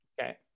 Okay